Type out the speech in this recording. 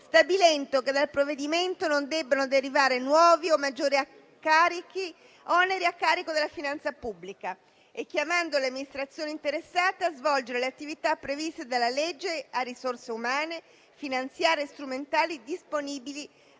stabilendo che dal provvedimento non debbono derivare nuovi o maggiori oneri a carico della finanza pubblica e chiamando le amministrazioni interessate a svolgere le attività previste dalla legge a risorse umane, finanziarie e strumentali disponibili